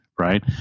right